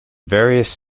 various